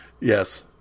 yes